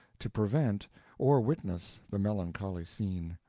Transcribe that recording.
to prevent or witness the melancholy scene.